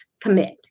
commit